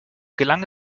gelang